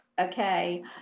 okay